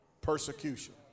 persecution